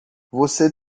você